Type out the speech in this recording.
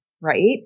right